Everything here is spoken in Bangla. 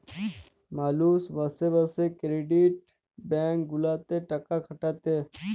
মালুষ মাসে মাসে ক্রেডিট ব্যাঙ্ক গুলাতে টাকা খাটাতে